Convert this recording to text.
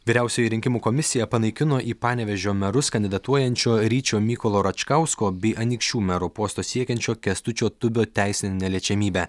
vyriausioji rinkimų komisija panaikino į panevėžio merus kandidatuojančio ryčio mykolo račkausko bei anykščių mero posto siekiančio kęstučio tubio teisinę neliečiamybę